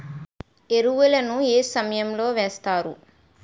ఎరువుల ను ఏ సమయం లో వేస్తారు?